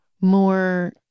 more